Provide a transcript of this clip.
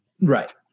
Right